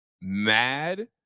mad